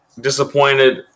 disappointed